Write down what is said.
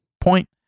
point